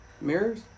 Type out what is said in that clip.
Mirrors